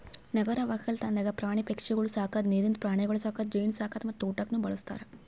ನಗರ ಒಕ್ಕಲ್ತನದಾಗ್ ಪ್ರಾಣಿ ಪಕ್ಷಿಗೊಳ್ ಸಾಕದ್, ನೀರಿಂದ ಪ್ರಾಣಿಗೊಳ್ ಸಾಕದ್, ಜೇನು ಸಾಕದ್ ಮತ್ತ ತೋಟಕ್ನ್ನೂ ಬಳ್ಸತಾರ್